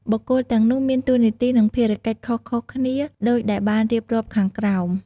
បុគ្គលទាំងនោះមានតួនាទី និងភារកិច្ចខុសៗគ្នាដូចដែលបានរៀបរាប់ខាងក្រោម។